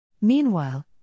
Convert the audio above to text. Meanwhile